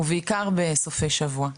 ובעיקר בסופי שבוע.